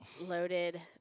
loaded